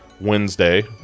wednesday